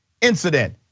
incident